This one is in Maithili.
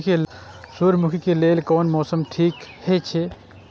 सूर्यमुखी के लेल कोन मौसम ठीक हे छे?